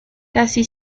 casi